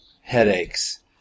headaches